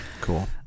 cool